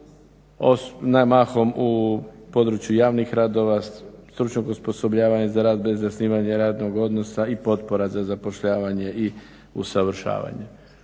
mahom u području javnih radova, stručnog osposobljavanja za rad bez zasnivanja radnog odnosa i potpora za zapošljavanje i usavršavanje.